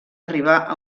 arribar